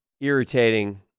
irritating